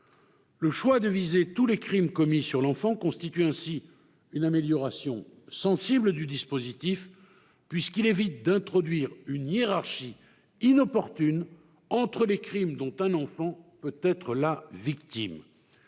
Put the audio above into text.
Le choix de viser tous les crimes commis sur l'enfant constitue ainsi une amélioration sensible du dispositif puisqu'il évite d'introduire une hiérarchie inopportune entre les crimes dont un enfant peut être victime.